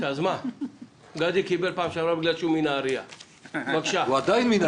הבעיה המובנית שדובר עליה היא בעיה מובנית